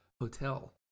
hotel